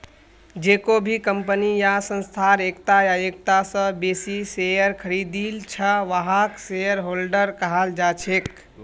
जेको भी कम्पनी या संस्थार एकता या एकता स बेसी शेयर खरीदिल छ वहाक शेयरहोल्डर कहाल जा छेक